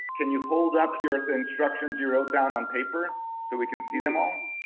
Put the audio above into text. can you hold up your instructions you wrote down on paper so we can see them all?